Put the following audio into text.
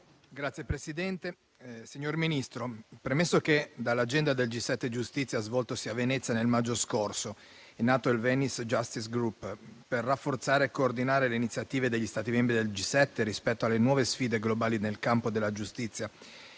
Signor Presidente, signor Ministro, premesso che dall'agenda del G7 giustizia svoltosi a Venezia nel maggio scorso è nato il Venice justice group, per rafforzare e coordinare le iniziative degli Stati membri del G7 rispetto alle nuove sfide globali nel campo della giustizia